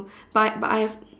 but but I